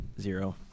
Zero